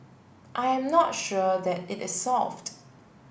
I am not sure that it is solved